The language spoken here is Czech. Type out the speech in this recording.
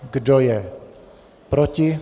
Kdo je proti?